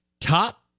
Top